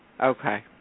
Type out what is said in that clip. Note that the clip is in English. okay